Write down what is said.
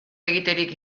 egiterik